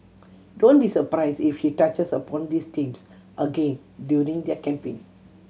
don't be surprise if she touches upon these themes again during their campaign